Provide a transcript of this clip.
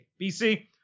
BC